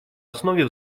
основе